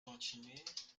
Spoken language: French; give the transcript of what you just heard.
continuez